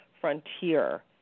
frontier